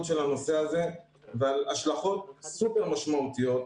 של הנושא הזה ועל השלכות סופר משמעותיות.